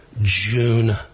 June